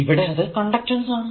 ഇവിടെ അത് ഇവിടെ കണ്ടക്ടൻസ് ആണ്